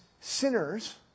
sinners